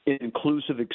inclusive